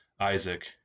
Isaac